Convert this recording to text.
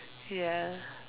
ya